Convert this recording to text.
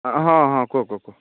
ଏ ହଁ ହଁ କୁହ କୁହ କୁହ